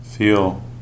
Feel